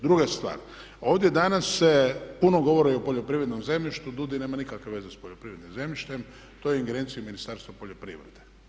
Druga stvar, ovdje danas se puno govori o poljoprivrednom zemljištu, DUUDI nema nikakve veze s poljoprivrednim zemljištem, to je u ingerenciji Ministarstva poljoprivrede.